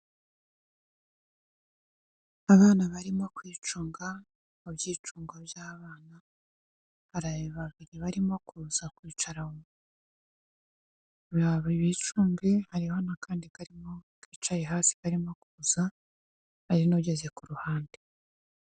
Abana barimo kwicunga mu byicungo by'abana, hari babiri barimo kuza kwicara ngo bicunge, hari n'akandi karimo kicaye hasi arimo kuza, hari n'ugeze ku ruhande.